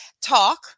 talk